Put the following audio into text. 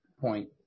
point